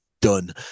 done